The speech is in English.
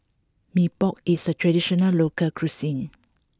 Mee Pok is a traditional local cuisine